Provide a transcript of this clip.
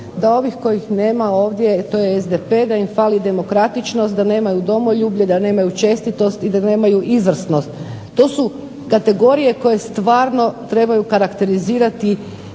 da ovih kojih nema ovdje to je SDP da im fali demokratičnost, da nemaju domoljublje, da nemaju čestitost i da nemaju izvrsnost. To su kategorije koje stvarno trebaju karakterizirati